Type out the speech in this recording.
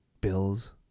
bills